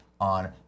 on